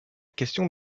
question